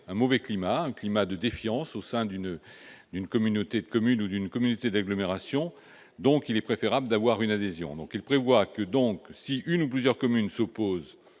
un mauvais climat, un climat de défiance, au sein d'une communauté de communes ou d'une communauté d'agglomération. Il est donc préférable d'avoir une adhésion. C'est pourquoi, si une ou plusieurs communes s'opposent,